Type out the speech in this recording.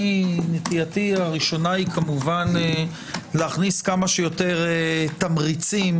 נטייתי הראשונה היא להכניס כמה שיותר תמריצים